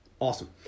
Awesome